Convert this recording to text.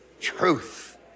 truth